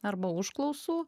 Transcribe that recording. arba užklausų